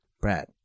Brad